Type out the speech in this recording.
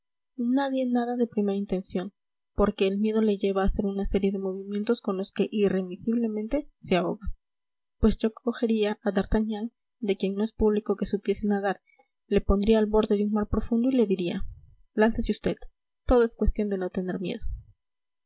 nadie nada de primera intención porque el miedo le lleva a hacer una serie de movimientos con los que irremisiblemente se ahoga pues yo cogería a d'artagnan de quien no es publico que supiese nadar le pondría al borde de un mar profundo y le diría láncese usted todo es cuestión de no tener miedo